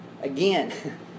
again